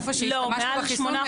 איפה שהשתמשנו בחיסון,